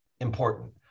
important